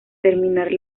terminar